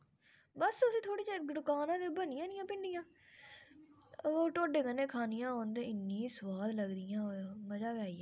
जि'यां चकला बेलना होई गेआ जां फुल्का बेल्लने बास्तै ते इस तरीके कन्नै सारे गै भांडे जेह्ड़े किचन बिच्च चाहिदे होंदे